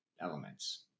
elements